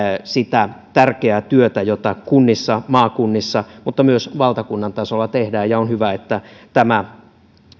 sitä tärkeää työtä jota kunnissa ja maakunnissa mutta myös valtakunnan tasolla tehdään on hyvä että tämä